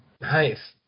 Nice